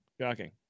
Shocking